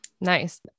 Nice